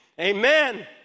amen